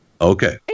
okay